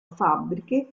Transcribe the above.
fabbriche